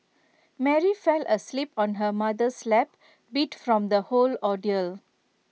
Mary fell asleep on her mother's lap beat from the whole ordeal